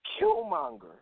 Killmonger